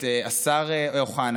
את השר אוחנה,